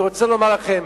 אני רוצה לומר לכם,